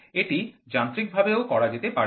এটি যান্ত্রিকভাবেও করা যেতে পারে